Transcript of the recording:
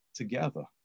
together